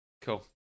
Cool